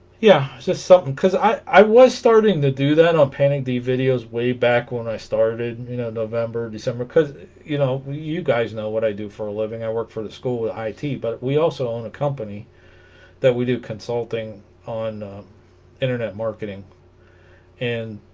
yeah just something cuz i i was starting to do that on painting the videos way back when i started you know november december because you know you guys know what i do for a living i work for the school with high tea but we also own a company that we do consulting on internet marketing and